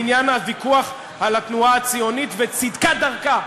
בעניין הוויכוח על התנועה הציונית וצדקת דרכה.